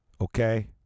Okay